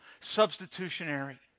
substitutionary